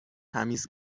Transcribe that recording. تمیز